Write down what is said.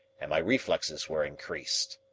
and my reflexes were increased.